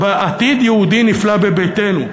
עתיד יהודי נפלא בביתנו.